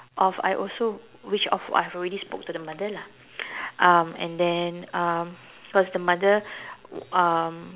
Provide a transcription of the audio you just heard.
of I also which of I've already spoke to the mother lah um and then um cause the mother um